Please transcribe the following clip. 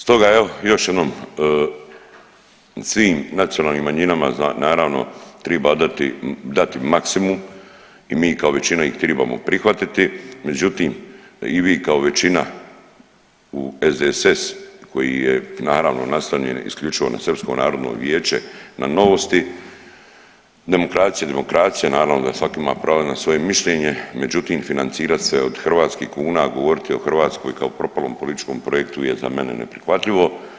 Stoga evo još jednom svim nacionalnim manjinama naravno triba odati, dati maksimum i mi kao većina ih tribamo prihvatiti, međutim i vi kao većina u SDSS koji je naravno naslonjen isključivo na SNV na Novosti, demokracija, demokracija, naravno da svak ima pravo na svoje mišljenje, međutim financirat se od hrvatskih kuna, a govoriti o Hrvatskoj kao propalom političkom projektu je za mene neprihvatljivo.